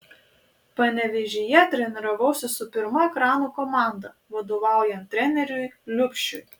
panevėžyje treniravausi su pirma ekrano komanda vadovaujant treneriui liubšiui